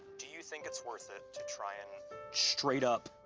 do you think it's worth it to try and straight up,